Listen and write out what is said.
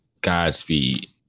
Godspeed